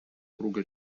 круга